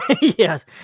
Yes